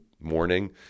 morning